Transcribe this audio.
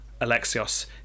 Alexios